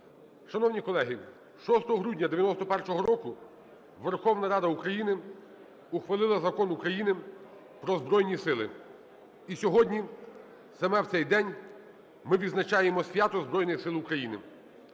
Шановні колеги, 6 грудня 1991 року Верховна Рада України ухвалила Закон України про Збройні Сили. І сьогодні, саме в цей день ми відзначаємо свято Збройних Сил України.